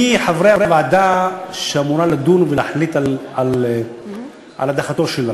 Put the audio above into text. מי חברי הוועדה שאמורה לדון ולהחליט על הדחתו של רב.